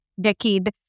decade